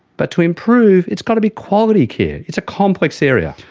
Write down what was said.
but to improve it's got to be quality care. it's a complex area.